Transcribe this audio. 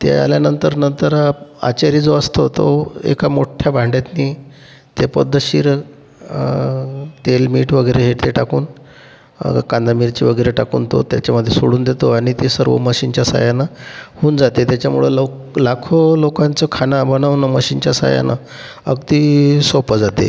ते आल्यानंतर नंतर आचारी जो असतो तो एका मोठ्या भांड्यातनी ते पद्धतशीर तेल मीठ वगैरे हे ते टाकून कांदा मिरची वगैरे टाकून तो त्याच्यामध्ये सोडून देतो आणि ते सर्व मशीनच्या सहाय्यानं होऊन जाते त्याच्यामुळं लव लाखो लोकांचं खाना बनवणं मशीनच्या सहाय्यानं अगदी सोपं जाते